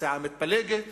סיעה מתפלגת